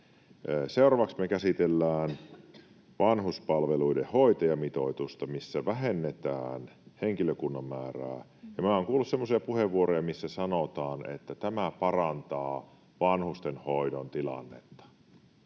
Seuraavaksi me käsitellään vanhuspalveluiden hoitajamitoitusta, missä vähennetään henkilökunnan määrää. Minä olen kuullut semmoisia puheenvuoroja, missä sanotaan, että tämä parantaa vanhustenhoidon tilannetta.